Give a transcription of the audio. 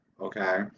okay